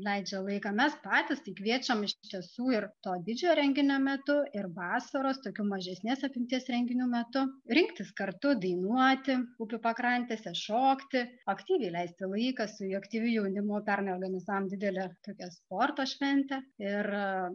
leidžia laiką mes patys tai kviečiam iš tiesų ir to didžiojo renginio metu ir vasaros tokių mažesnės apimties renginių metu rinktis kartu dainuoti upių pakrantėse šokti aktyviai leisti laiką su aktyviu jaunimu pernai organizavom didelę tokią sporto šventę ir